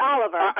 Oliver